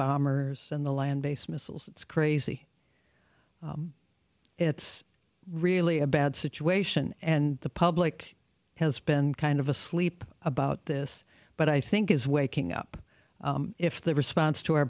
bombers and the land based missiles it's crazy it's really a bad situation and the public has been kind of asleep about this but i think is waking up if the response to our